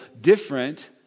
different